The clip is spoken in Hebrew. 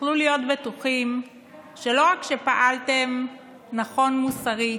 תוכלו להיות בטוחים שלא רק שפעלתם נכון מוסרית,